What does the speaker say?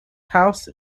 house